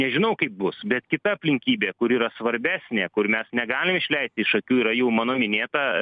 nežinau kaip bus bet kita aplinkybė kur yra svarbesnė kur mes negali išleist iš akių yra jau mano minėta